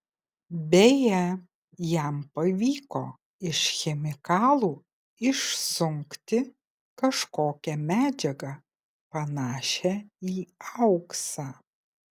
beje jam pavyko iš chemikalų išsunkti kažkokią medžiagą panašią į auksą